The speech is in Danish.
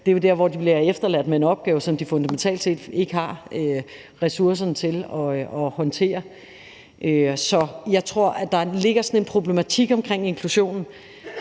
det er jo der, hvor de bliver efterladt med en opgave, som de fundamentalt set ikke har ressourcerne til at håndtere. Så jeg tror, at der ligger en problematik omkring inklusion,